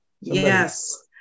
Yes